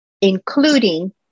including